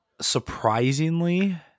Surprisingly